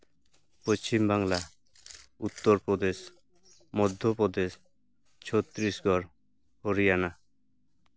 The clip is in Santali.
ᱯᱚᱪᱷᱤᱢ ᱵᱟᱝᱞᱟ ᱩᱛᱛᱚᱨᱯᱨᱚᱫᱮᱥ ᱢᱚᱫᱽᱫᱷᱚᱯᱨᱚᱫᱮᱥ ᱪᱷᱚᱛᱨᱤᱥᱜᱚᱲ ᱦᱚᱨᱤᱭᱟᱱᱟ